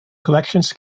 collections